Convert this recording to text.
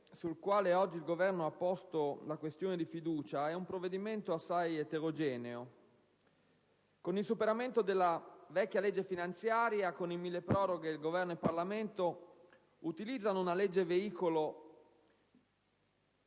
Governo e Parlamento utilizzano una legge veicolo